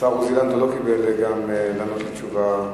השר עוזי לנדאו לא קיבל לענות תשובה גם כאן.